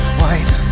white